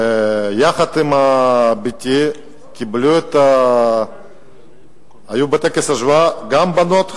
ויחד עם בתי היו בטקס ההשבעה גם בנות חרדיות,